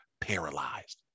paralyzed